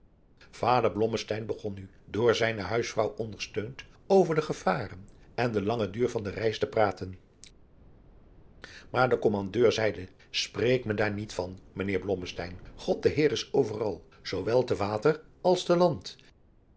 blommesteyn begon nu door zijne huisvrouw ondersteund over de gevaren en den langen duur van de reis te praten maar de kommandeur zeide spreek me daar niet van mijnheer blommesteyn god de heer is overal zoowel te water als te land